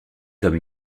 comme